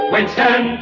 Winston